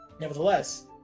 nevertheless